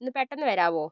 ഒന്ന് പെട്ടന്ന് വരുമോ